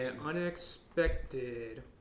unexpected